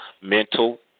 mental